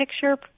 picture